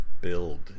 build